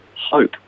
hope